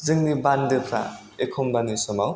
जोंनि बान्दोफ्रा एखनबानि समाव